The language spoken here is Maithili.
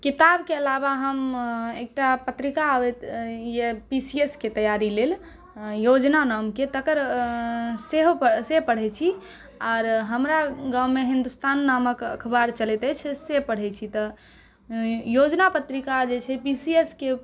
किताबके अलावा हम एकटा पत्रिका आबैत यऽ पी सी एस के तैयारी लेल योजना नामके तकर सेहो से पढै छी आर हमरा गाममे हिन्दुस्तान नामक अखबार चलैत अछि से पढै छी तऽ योजना पत्रिका जे छै पी सी एस के